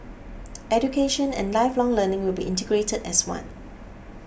education and lifelong learning will be integrated as one